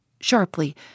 sharply